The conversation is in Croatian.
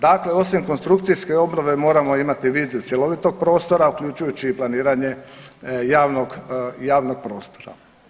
Dakle, osim konstrukcijske obnove moramo imati viziju cjelovitog prostora uključujući i planiranje javnog prostora.